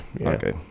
okay